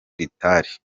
ritari